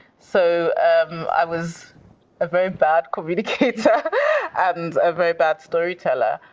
so um i was a very bad communicator and a very bad storyteller.